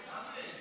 עמיר פרץ,